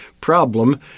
problem